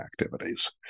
activities